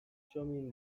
txomin